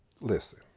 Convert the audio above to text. listen